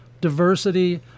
diversity